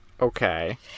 Okay